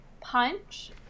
punch-